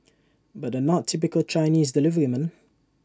but they're not typical Chinese deliverymen